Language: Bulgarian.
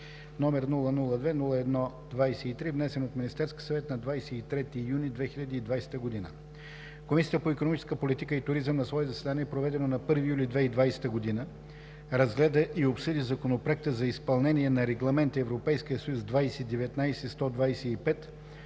№ 002-01-23, внесен от Министерския съвет на 23 юни 2020 г. Комисията по икономическа политика и туризъм на свое заседание, проведено на 1 юли 2020 г., разгледа и обсъди Законопроекта за изпълнение на Регламент (ЕС) 2019/125